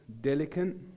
delicate